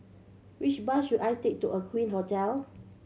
which bus should I take to Aqueen Hotel